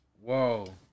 Whoa